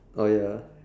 oh ya uh